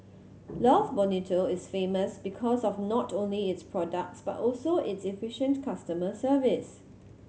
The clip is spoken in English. love Bonito is famous because of not only its products but also its efficient customer service